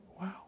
wow